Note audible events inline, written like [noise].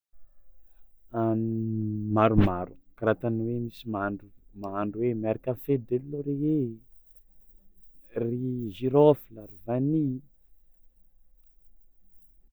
[hesitation] Maromaro, kara ataony hoe misy mahandro mahandro hoe miaraka feuille de laurier, ry girofle ry vanille.